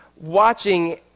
watching